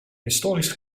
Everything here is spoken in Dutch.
historisch